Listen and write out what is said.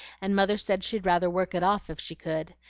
and mother said she'd rather work it off if she could.